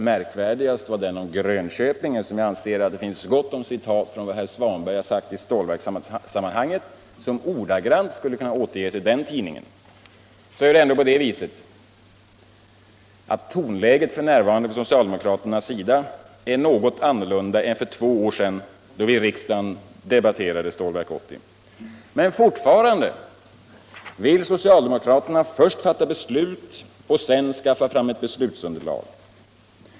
Märkvärdigast var den om Grönköping, eftersom jag anser att det finns gott om citat av vad herr Svanberg har sagt i stålverkssammanhang som ordagrant skulle kunna återges i den tidningen. Tonläget från socialdemokraterna är dock f. n. något annorlunda än för två år sedan då vi i riksdagen debatterade Stålverk 80. Men fortfarande vill socialdemokraterna först fatta beslut och sedan skaffa fram ett beslutsunderlag.